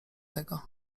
tego